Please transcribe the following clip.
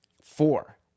Four